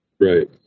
Right